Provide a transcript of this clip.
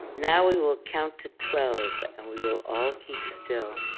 now we will count to twelve and we will all keep still.